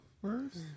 first